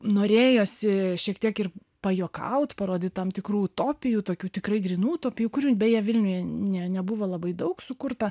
norėjosi šiek tiek ir pajuokaut parodyt tam tikrų utopijų tokių tikrai grynų utopijų kurių beje vilniuje ne nebuvo labai daug sukurta